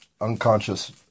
unconscious